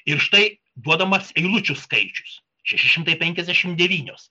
ir štai duodamas eilučių skaičius šeši šimtai penkiasdešimt devynios